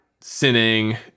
sinning